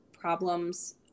problems